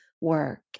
work